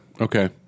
Okay